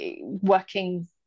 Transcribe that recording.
working